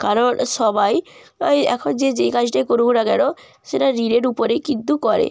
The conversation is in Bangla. কারণ সবাই এখন যে যেই কাজটাই করুক না কেন সেটা ঋণের উপরেই কিন্তু করে